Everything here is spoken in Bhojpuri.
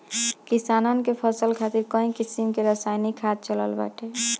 किसानन के फसल खातिर कई किसिम कअ रासायनिक खाद चलत बाटे